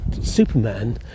Superman